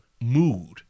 mood